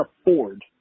afford